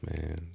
man